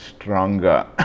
stronger